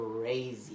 crazy